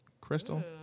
Crystal